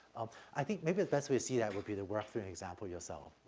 um, i think maybe the best way to see that would be the work through an example yourself.